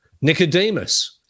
Nicodemus